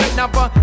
number